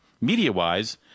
media-wise